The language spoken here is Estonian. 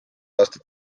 aastat